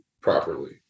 properly